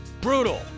Brutal